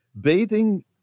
Bathing